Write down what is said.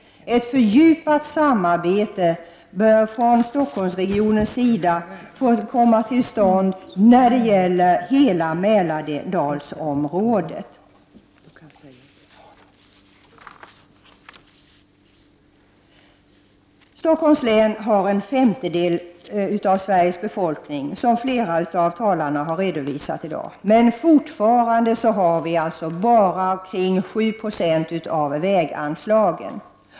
Ett fördjupat samarbete bör inledas från Stockholmsregionens sida när det gäller hela Mälardalsområdet. Stockholms län har en femtedel av Sveriges befolkning, som flera av de tidigare talarna i dag har redovisat, men fortfarande får vi bara omkring 7 9o av väganslagen.